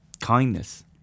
Kindness